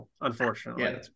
Unfortunately